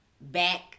back